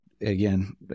again